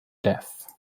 death